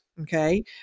Okay